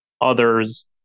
others